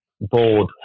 Board